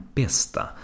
bästa